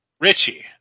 Richie